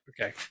okay